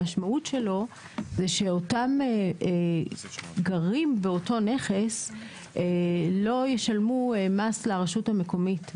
המשמעות שלו היא שאותם מתגוררים בנכס לא ישלמו מס לרשות המקומית.